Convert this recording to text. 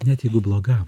net jeigu bloga